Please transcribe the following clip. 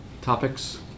topics